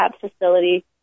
facility